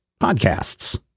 podcasts